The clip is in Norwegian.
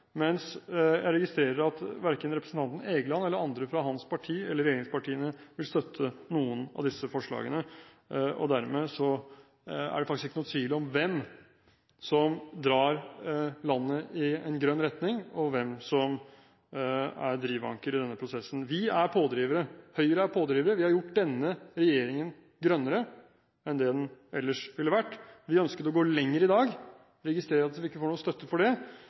mens jeg registrerer at verken representanten Egeland eller andre fra hans parti eller regjeringspartiene vil støtte noen av disse forslagene. Dermed er det faktisk ikke noen tvil om hvem som drar landet i en grønn retning, og hvem som er drivankeret i denne prosessen. Vi – Høyre – er pådrivere. Vi har gjort denne regjeringen grønnere enn det den ellers ville vært. Vi ønsket å gå lenger i dag. Jeg registrerer at vi ikke får noen støtte for det,